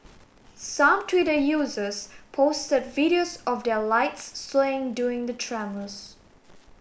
some Twitter users posted videos of their lights swaying during the tremors